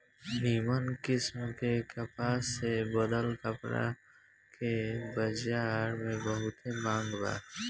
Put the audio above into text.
निमन किस्म के कपास से बनल कपड़ा के बजार में बहुते मांग बा